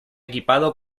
equipado